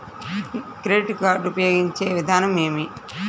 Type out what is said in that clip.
Credit card ఉపయోగించే విధానం ఏమి?